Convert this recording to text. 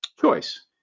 choice